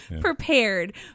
prepared